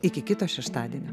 iki kito šeštadienio